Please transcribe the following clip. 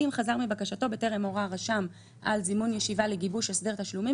אם חזר מבקשתו בטרם הורה הרשם על זימון ישיבה לגיבוש הסדר תשלומים,